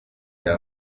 bya